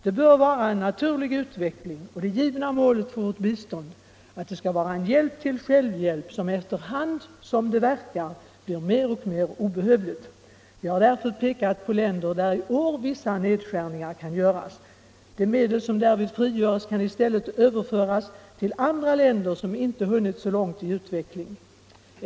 Det bör vara en naturlig utveckling och det givna målet för vårt bistånd att det skall vara en hjälp till självhjälp som efter hand som det verkar blir mer och mer obehövligt. Vi har därför pekat på länder där i år vissa nedskärningar kan göras. De medel som därvid frigörs kan i stället överföras till andra länder som ännu inte hunnit så långt i utveckling.